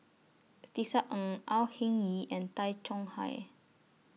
Tisa Ng Au Hing Yee and Tay Chong Hai